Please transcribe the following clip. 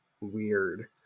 weird